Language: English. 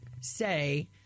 say